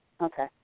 Okay